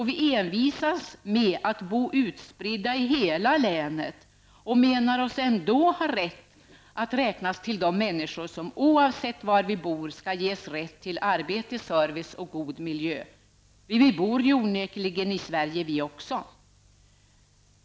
Vi envisas med att bo utspridda i hela länet och tycker oss ändå ha rätt att räknas till de människor som oavsett var de bor skall ges rätt till arbete, service och en god miljö, för vi bor ju onekligen i Sverige vi också.